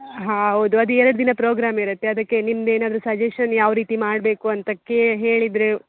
ಹಾಂ ಹೌದು ಅದು ಎರಡು ದಿನ ಪ್ರೋಗ್ರಾಮ್ ಇರುತ್ತೆ ಅದಕ್ಕೆ ನಿಮ್ದು ಏನಾದರೂ ಸಜೇಷನ್ ಯಾವ ರೀತಿ ಮಾಡಬೇಕು ಅಂತ ಕೇ ಹೇಳಿದರೆ